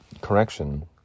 correction